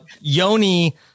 Yoni